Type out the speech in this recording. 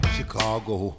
Chicago